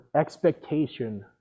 expectation